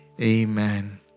Amen